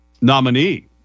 Nominee